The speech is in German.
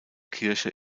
kirche